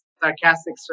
sarcastic